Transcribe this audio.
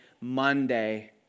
monday